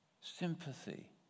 sympathy